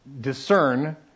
discern